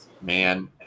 Man